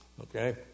okay